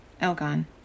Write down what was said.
Elgon